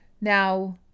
now